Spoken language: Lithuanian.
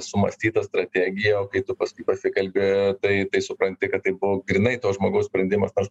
sumąstyta strategija o kai tu paskui pasikalbi tai tai supranti kad tai buvo grynai to žmogaus sprendimas nors